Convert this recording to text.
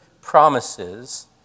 promises